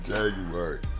January